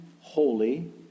holy